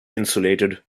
insulated